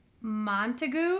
Montagu